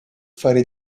fare